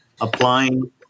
applying